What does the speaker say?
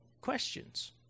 questions